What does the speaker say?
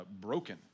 broken